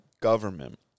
government